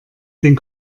den